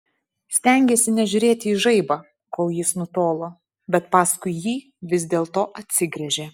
stengėsi nežiūrėti į žaibą kol jis nutolo bet paskui jį vis dėlto atsigręžė